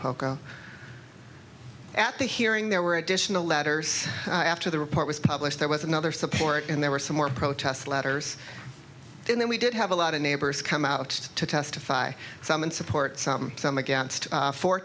poco at the hearing there were additional letters after the report was published there was another support and there were some more protest letters and then we did have a lot of neighbors come out to testify some in support some some against